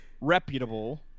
reputable